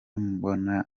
mbona